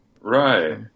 Right